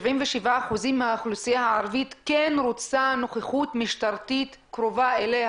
77% מהאוכלוסייה הערבית רוצה נוכחות משטרתית קרובה אליה.